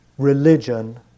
religion